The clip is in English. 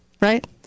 Right